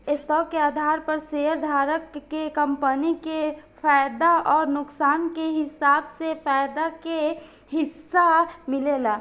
stock के आधार पर शेयरधारक के कंपनी के फायदा अउर नुकसान के हिसाब से फायदा के हिस्सा मिलेला